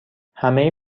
همه